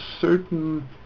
certain